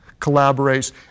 collaborates